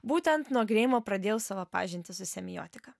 būtent nuo greimo pradėjau savo pažintį su semiotika